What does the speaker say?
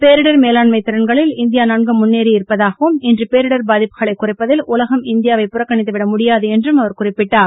பேரிடர் மேலாண்மை திறன்களில் இந்தியா நன்கு முன்னேறி இருப்பதாகவும் இன்று பேரிடர் பாதிப்புகளை குறைப்பதில் உலகம் இந்தியாவை புறக்கணித்து விட முடியாது என்றும் அவர் குறிப்பிட்டார்